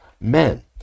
Men